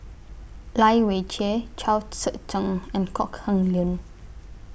Lai Weijie Chao Tzee Cheng and Kok Heng Leun